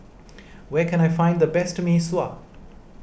where can I find the best Mee Sua